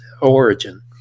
origin